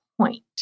point